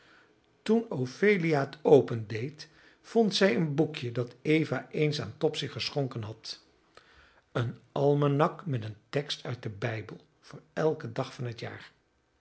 toen ophelia het opendeed vond zij een boekje dat eva eens aan topsy geschonken had een almanak met een tekst uit den bijbel voor elken dag van het jaar